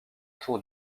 tour